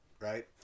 Right